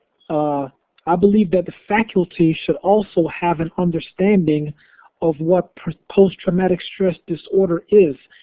ah i believe that the faculty should also have an understanding of what post traumatic stress disorder is.